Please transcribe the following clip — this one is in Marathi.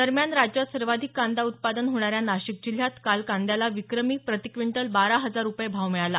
दरम्यान राज्यात सर्वाधिक कांदा उत्पादन होणाऱ्या नाशिक जिल्ह्यात काल कांद्याला विक्रमी प्रति क्विंटल बारा हजार रूपये भाव मिळाला